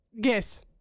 Guess